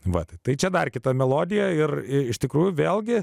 vat tai čia dar kita melodija ir iš tikrųjų vėlgi